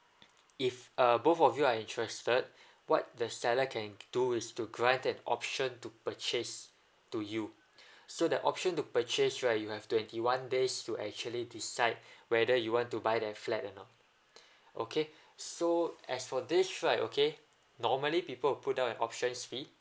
if uh both of you are interested what the seller can do is to grant an option to purchase to you so the option to purchase right you have twenty one days to actually decide whether you want to buy that flat or not okay so as for this right okay normally people will put down an option fee